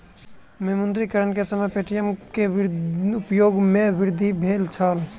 विमुद्रीकरण के समय पे.टी.एम के उपयोग में वृद्धि भेल छल